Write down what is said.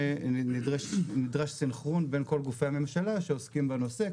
שנדרש סנכרון בין כל גופי הממשלה שעוסקים בנושא.